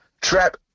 trap